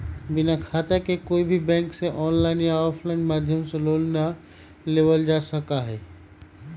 बिना खाता के कोई भी बैंक में आनलाइन या आफलाइन माध्यम से लोन ना लेबल जा सका हई